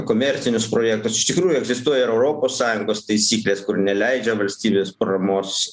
komercinius projektus iš tikrųjų egzistuoja ir europos sąjungos taisyklės kur neleidžia valstybės paramos